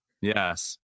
yes